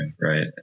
right